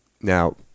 Now